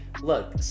look